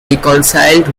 reconciled